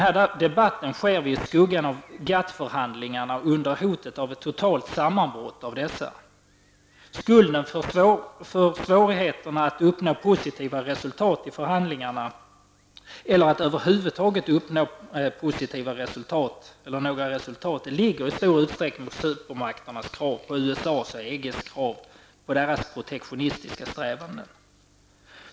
Dagens debatt sker i skuggan av GATT-förhandlingarna och under hotet av ett totalt sammanbrott i dessa. Skulden för svårigheten att uppnå positiva resultat i förhandlingarna eller att över huvud taget uppnå några resultat ligger i stor utsträckning på supermakterna USA och EG med deras protektionistiska strävanden.